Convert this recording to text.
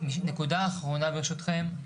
נקודה אחרונה, ברשותכם.